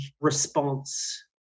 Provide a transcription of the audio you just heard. response